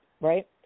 right